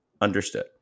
understood